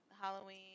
Halloween